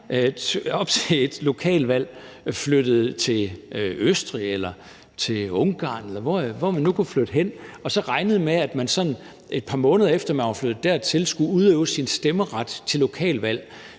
op til et lokalvalg flyttede til Østrig eller til Ungarn, eller hvor man nu kunne flytte hen, og regnede med, at man, et par måneder efter man var flyttet dertil, skulle udøve sin stemmeret ved et lokalvalg,